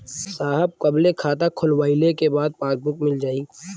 साहब कब ले खाता खोलवाइले के बाद पासबुक मिल जाई?